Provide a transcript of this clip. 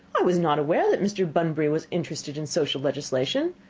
i was not aware that mr. bunbury was interested in social legislation.